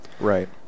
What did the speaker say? Right